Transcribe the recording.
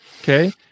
Okay